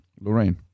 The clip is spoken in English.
Lorraine